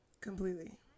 completely